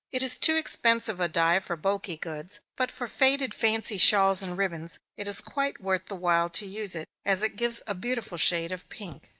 it is too expensive a dye for bulky goods, but for faded fancy shawls and ribbons, it is quite worth the while to use it, as it gives a beautiful shade of pink.